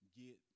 get